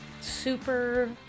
Super